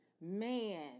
man